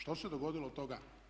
Što se dogodilo od toga?